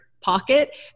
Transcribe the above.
pocket